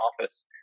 office